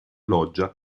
loggia